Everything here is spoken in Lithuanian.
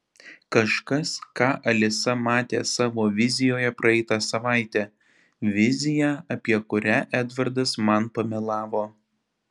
kažkas ką alisa matė savo vizijoje praeitą savaitę viziją apie kurią edvardas man pamelavo